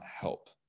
help